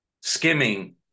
skimming